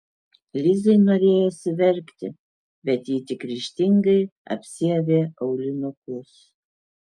lizai norėjosi verkti bet ji tik ryžtingai apsiavė aulinukus